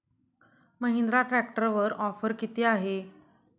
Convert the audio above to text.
महिंद्रा ट्रॅक्टरवर ऑफर किती आहे?